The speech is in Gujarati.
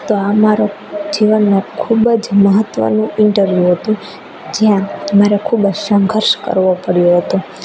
તો આ મારો જીવનનો ખૂબ જ મહત્વનું ઇન્ટરવ્યૂ હતું જ્યાં મારે ખૂબ જ સંઘર્ષ કરવો પડ્યો હતો